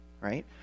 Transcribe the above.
right